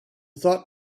thought